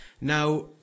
Now